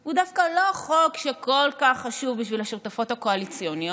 הוא דווקא לא החוק שכל כך חשוב בשביל השותפות הקואליציוניות,